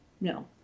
no